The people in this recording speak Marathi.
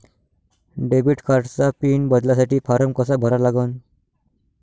डेबिट कार्डचा पिन बदलासाठी फारम कसा भरा लागन?